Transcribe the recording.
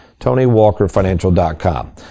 TonyWalkerFinancial.com